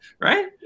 right